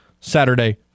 Saturday